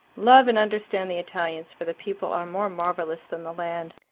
love and understand the italians, for the people are more marvellous than the land.